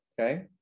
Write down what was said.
Okay